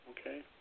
Okay